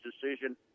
decision